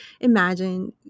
imagine